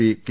P K